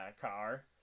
car